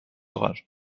rage